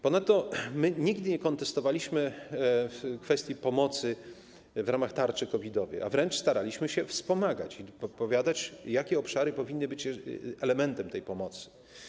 Ponadto my nigdy nie kontestowaliśmy kwestii pomocy w ramach tarczy COVID-owej, a wręcz staraliśmy się wspomagać, podpowiadać, jakie obszary powinny być elementem tej pomocy.